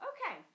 Okay